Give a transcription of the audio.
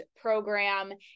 Program